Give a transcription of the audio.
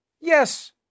Yes